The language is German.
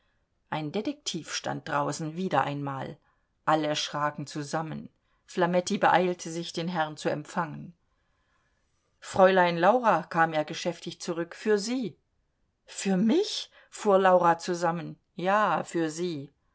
ein detektiv stand draußen wieder einmal alle schracken zusammen flametti beeilte sich den herrn zu empfangen fräulein laura kam er geschäftig zurück für sie für mich fuhr laura zusammen ja für sie